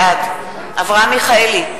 בעד אברהם מיכאלי,